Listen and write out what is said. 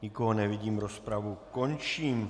Nikoho nevidím, rozpravu končím.